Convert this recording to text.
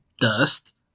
dust